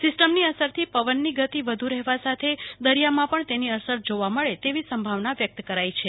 સિસ્ટમની અસરથી પવનની ગતિ વધુ રહેવા સાથે દરિયામાં પણ તેની અસર જોવા મળે તેવીય સંભાવના વ્યક્ત કરાઇ રહી છે